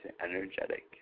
energetic